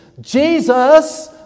Jesus